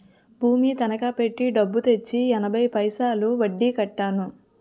భూమి తనకా పెట్టి డబ్బు తెచ్చి ఎనభై పైసలు వడ్డీ కట్టాను